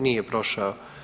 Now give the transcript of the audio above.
Nije prošao.